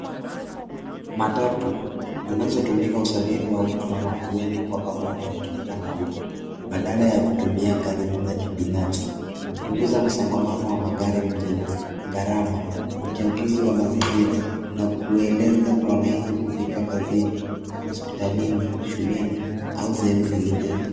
Matatu zinazotumia usafiri wa uma na watu wengi kwa pamoja wakilipa nauli badala ya kutumia gari ya kibinafsi kupunguza msongamano wa magari nchini garama ,uchafuzi wa mazingira na kueleza wananchi kufika kazini, hospitalini, shuleni au sehemu zinginezo.